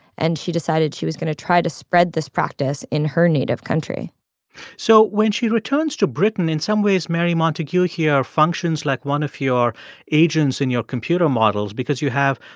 and she decided she was going to try to spread this practice in her native country so when she returns to britain, in some ways, mary montagu here functions like one of your agents in your computer models because you have,